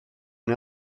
neu